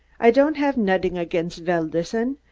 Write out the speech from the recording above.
i don'd have nodding against velderson,